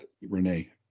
Renee